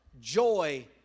Joy